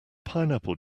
pineapple